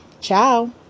Ciao